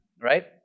right